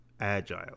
agile